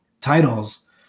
titles